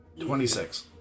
Twenty-six